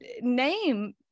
name